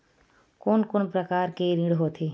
कोन कोन प्रकार के ऋण होथे?